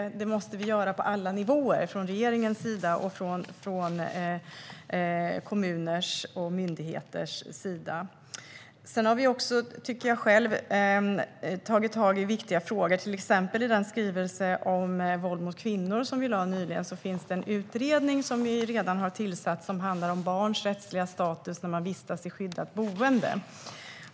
Det måste vi göra på alla nivåer, från regeringens och från kommuners och myndigheters sida. Sedan tycker jag själv att vi har tagit tag i viktiga frågor. Exempelvis har vi nyligen lagt fram en skrivelse om våld mot kvinnor, och vi har redan tillsatt en utredning som handlar om barns rättliga status när de vistas i skyddat boende.